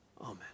amen